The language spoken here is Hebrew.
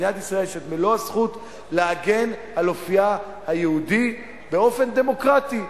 למדינת ישראל יש מלוא הזכות להגן על אופיה היהודי באופן דמוקרטי.